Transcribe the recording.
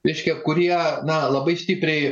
reiškia kurie na labai stipriai